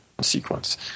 sequence